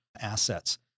assets